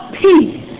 peace